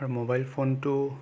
আৰু মোবাইল ফোনটো